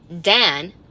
Dan